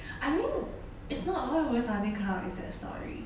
I mean if not why would you suddenly come up with that story